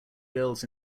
girls